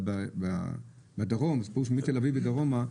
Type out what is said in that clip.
אבל בדרום מתל אביב ודרומה,